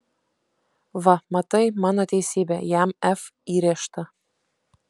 va matai mano teisybė jam f įrėžta